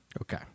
Okay